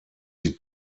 die